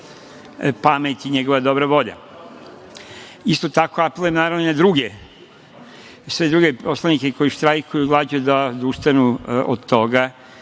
pamet i njegova dobra volja. Isto tako apelujem, naravno i na sve druge poslanike koji štrajkuju glađu da odustanu od toga,